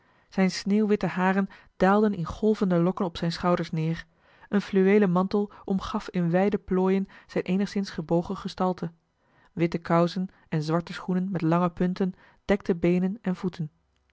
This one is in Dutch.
zijne sneeuwwitte haren daalden in golvende lokken op zijne schouders neer een fluweelen mantel omgaf in wijde plooien zijne eenigszins gebogen gestalte witte kousen en zwarte schoenen met lange punten dekten beenen en voeten